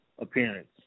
appearance